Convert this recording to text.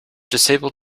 disabled